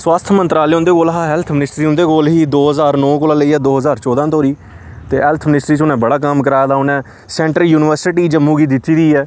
स्वास्थ मंत्रालय उंदे कोला हा हैल्थ मिनिस्ट्री उंदे कोल ही दो ज्हार नौ कोला लेइयै दो ज्हार चौदां धोड़ी ते हैल्थ मिनिस्ट्री च उ'नें बड़ा कम्म कराए दा उ'नें सैंट्रल यूनिवर्सिटी जम्मू गी दित्ती दी ऐ